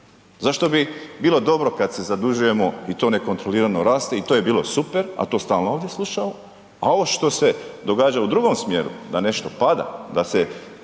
Zašto bi bilo dobro kad se zadužujemo i to nekontrolirano raste i to je bilo super a to stalno ovdje slušamo a ovo što se događa u drugom smjeru da nešto pada, da se